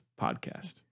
podcast